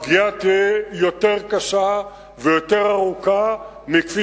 הפגיעה תהיה יותר קשה ויותר ארוכה מכפי